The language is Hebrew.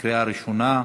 בקריאה ראשונה.